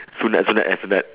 sunat sunat eh sunat